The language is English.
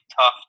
tough